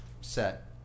set